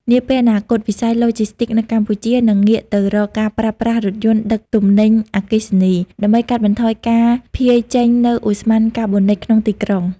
នាពេលអនាគត វិស័យឡូជីស្ទីកនៅកម្ពុជានឹងងាកទៅរកការប្រើប្រាស់រថយន្តដឹកទំនិញអគ្គិសនី ដើម្បីកាត់បន្ថយការភាយចេញនូវឧស្ម័នកាបូនិកក្នុងទីក្រុង។